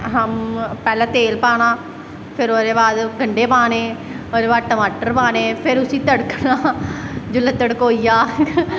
पैह्लैं तेल पाना फिर ओह्दे बाद गंढे पाने फिर ओह्दे बाद टमार पाने फिर उसी तड़कना जिसलै तड़कोई जा